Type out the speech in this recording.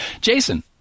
Jason